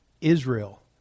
Israel